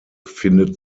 findet